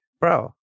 bro